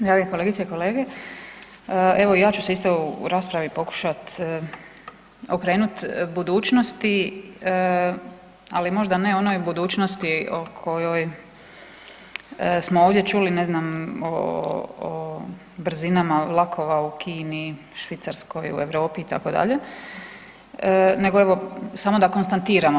Drage kolegice i kolege, evo ja ću se isto u raspravi pokušati okrenuti budućnosti, ali možda ne onoj budućnosti o kojoj smo ovdje čuli ne znam o brzinama vlakova u Kini, Švicarskoj u Europi itd., nego evo samo da konstatiramo.